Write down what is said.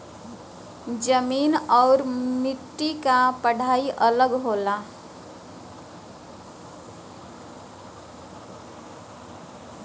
जमीन आउर मट्टी क पढ़ाई अलग होला